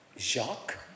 Jacques